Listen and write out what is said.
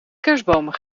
kerstbomen